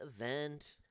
event